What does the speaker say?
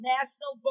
National